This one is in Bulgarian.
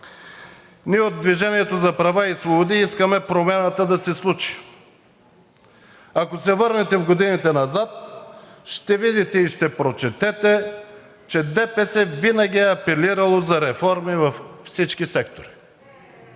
Ние от „Движение за права и свободи“ искаме промяната да се случи. Ако се върнете в годините назад, ще видите и ще прочетете, че ДПС винаги е апелирало за реформи във всички сектори.